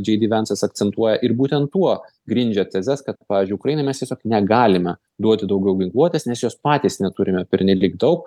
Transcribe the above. džei dy vencas akcentuoja ir būtent tuo grindžia tezes kad pavyzdžiui ukrainai mes tiesiog negalime duoti daugiau ginkluotės nes jos patys neturime pernelyg daug